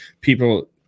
people